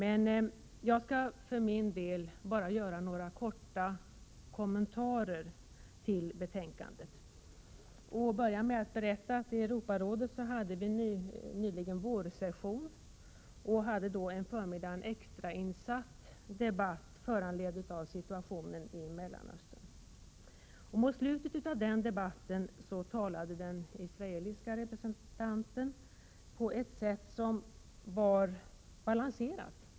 Jag skall för min del bara göra några korta kommentarer till betänkandet. Jag vill börja med att berätta att Europarådet nyligen hade sin vårsession. En förmiddag hade man en extrainsatt debatt föranledd av situationen i Mellanöstern. Mot slutet av debatten talade den israeliske representanten på ett sätt som var balanserat.